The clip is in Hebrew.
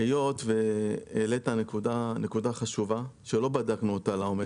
היות והעלית נקודה חשובה שלא בדקנו אותה לעומק,